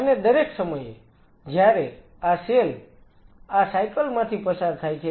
હવે દરેક સમયે જયારે આ સેલ આ સાયકલ માંથી પસાર થાય છે